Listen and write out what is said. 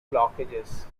blockages